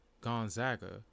Gonzaga